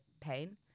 pain